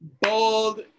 bold